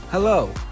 Hello